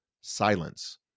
silence